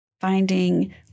finding